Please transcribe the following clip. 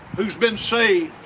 who's been saved,